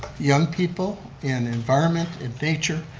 young people in environment and nature.